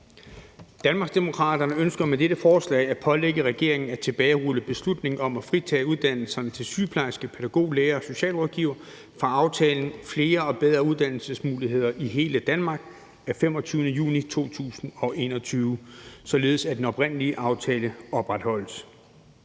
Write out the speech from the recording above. Danmarksdemokraterne ønsker med dette forslag at pålægge regeringen at tilbagerulle beslutningen om at fritage uddannelserne til sygeplejerske, pædagog, lærer og socialrådgiver fra aftalen »Flere og bedre uddannelsesmuligheder i hele Danmark« af 25. juni 2021, således at den oprindelige aftale opretholdes.